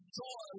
joy